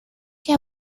que